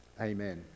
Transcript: amen